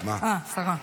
אה, שרה.